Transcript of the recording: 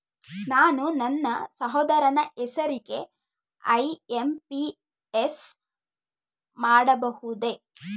ನಾನು ನನ್ನ ಸಹೋದರನ ಹೆಸರಿಗೆ ಐ.ಎಂ.ಪಿ.ಎಸ್ ಮಾಡಬಹುದೇ?